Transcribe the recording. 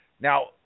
Now